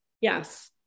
Yes